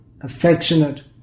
affectionate